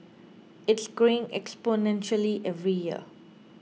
it's growing exponentially every year